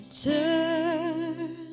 turn